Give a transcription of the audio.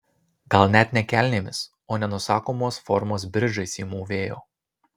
gal net ne kelnėmis o nenusakomos formos bridžais ji mūvėjo